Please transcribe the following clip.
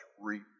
reap